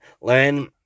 Learn